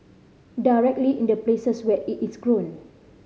directly in the places where it its grown